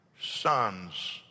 sons